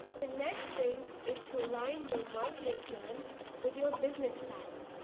the next thing is to align your marketing plans with your business plans.